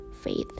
faith